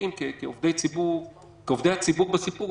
אני כן אציין שההשפעה שלו הייתה יותר בתחילת